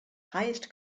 highest